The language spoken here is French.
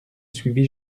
suivi